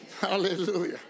Hallelujah